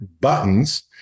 buttons